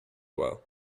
well